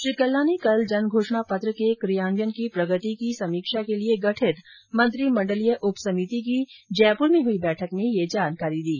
श्री कल्ला ने कल जनघोषणा पत्र के कियान्वयन की प्रगति की समीक्षा के लिए गठित मंत्रीमंडलीय उप समिति की जयपुर में हुई बैठक में ये जानकारी दी